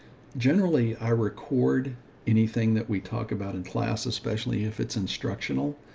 generally, i record anything that we talk about in class, especially if it's instructional,